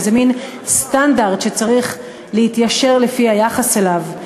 וזה מין סטנדרט שצריך להתיישר לפי היחס אליו,